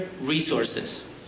resources